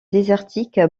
désertique